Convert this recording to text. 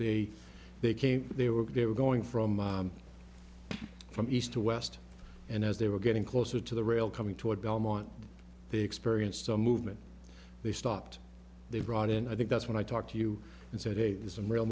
they they came they were they were going from from east to west and as they were getting closer to the rail coming toward belmont they experienced some movement they stopped they brought in i think that's when i talked to you and said hey there's some real